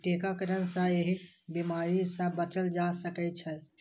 टीकाकरण सं एहि बीमारी सं बचल जा सकै छै